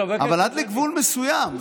אבל עד לגבול מסוים.